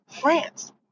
France